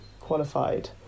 qualified